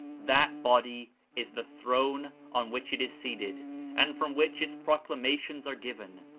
that body is the throne on which it is seated and from which its proclamations are given.